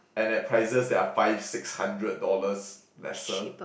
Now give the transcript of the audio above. and at prices that are at five six hundred dollars lesser